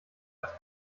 als